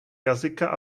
jazyka